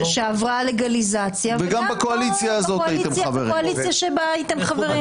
שעברה לגליזציה בקואליציה שבה הייתם חברים.